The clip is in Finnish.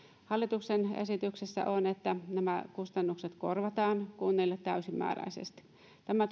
hallituksen esityksessä on että nämä kustannukset korvataan kunnille täysimääräisesti tämä